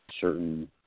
certain